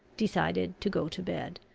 decided to go to bed,